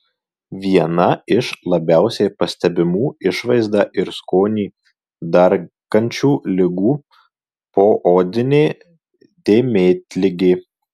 viena iš labiausiai pastebimų išvaizdą ir skonį darkančių ligų poodinė dėmėtligė